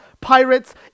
Pirates